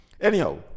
Anyhow